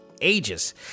ages